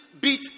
beat